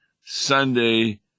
Sunday